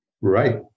Right